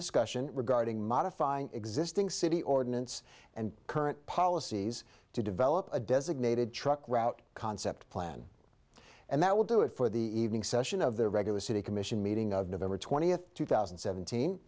discussion regarding modifying existing city ordinance and current policies to develop a designated truck route concept plan and that will do it for the evening session of the regular city commission meeting of november twentieth two thousand and seventeen